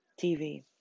TV